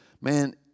man